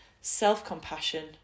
self-compassion